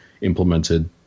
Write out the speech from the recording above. implemented